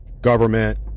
government